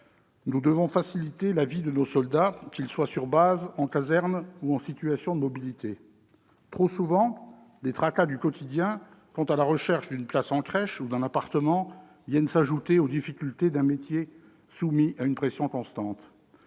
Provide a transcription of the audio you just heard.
Nous devons faciliter la vie de nos soldats, qu'ils soient sur base, en caserne ou en situation de mobilité. Trop souvent, les tracas du quotidien quant à la recherche d'une place en crèche ou d'un appartement viennent s'ajouter aux difficultés d'un métier soumis à une pression constante.